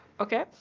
okay